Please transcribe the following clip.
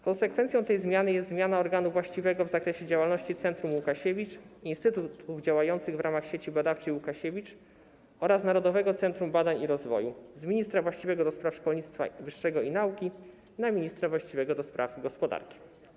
Konsekwencją tej zmiany jest zmiana organu właściwego w zakresie działalności Centrum Łukasiewicz, instytutów działających w ramach Sieci Badawczej Łukasiewicz oraz Narodowego Centrum Badań i Rozwoju z ministra właściwego do spraw szkolnictwa wyższego i nauki na ministra właściwego do spraw gospodarki.